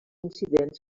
incidents